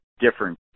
different